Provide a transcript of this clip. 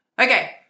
Okay